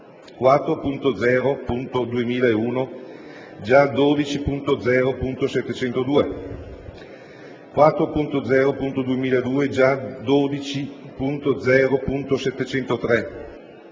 4.0.2001 (già 12.0.702), 4.0.2002 (già 12.0.703),